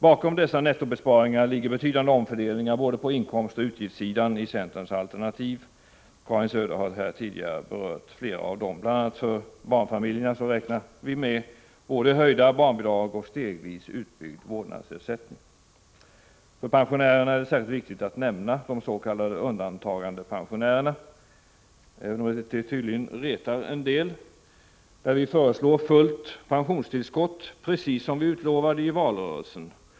Bakom dessa nettobesparingar ligger betydande omfördelningar på både inkomstoch utgiftssidan i centerns alternativ. Karin Söder har här tidigare berört flera. För barnfamiljerna räknar centern med både höjda barnbidrag och stegvis utbyggd vårdnadsersättning. Beträffande pensionärerna är det särskilt viktigt att nämna de s.k. undantagandepensionärerna — även om det tydligen retar en del — som föreslås få fullt pensionstillskott, precis som vi utlovade i valrörelsen.